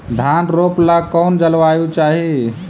धान रोप ला कौन जलवायु चाही?